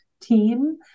team